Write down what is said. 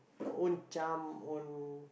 own charm own